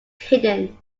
hidden